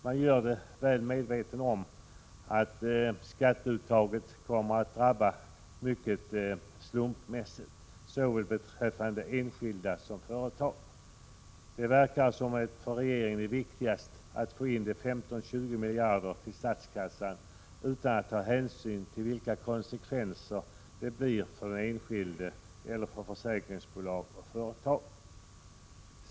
Man gör det väl medveten om att skatteuttaget kommer att drabba mycket slumpmässigt såväl beträffande enskilda som företag. Det verkar som om det för regeringen är viktigast att få in 15-20 miljarder till statskassan utan att ta hänsyn till vilka konsekvenser det blir för den enskilde eller för försäkringsbolag och företag.